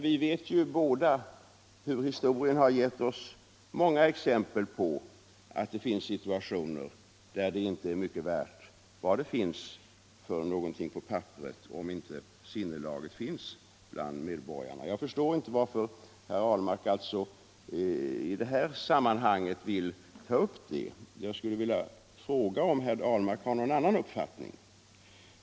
Vi vet ju båda att historien gett många exempel på situationer där det som finns på papperet inte är mycket värt om inte sinnelaget bland medborgarna finns där. Jag förstår inte varför herr Ahlmark i det här sammanhanget vill ta upp detta. Jag skulle vilja fråga om herr Ahlmark har någon annan uppfattning.